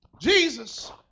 Jesus